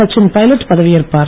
சச்சின் பைலட் பதவி ஏற்பார்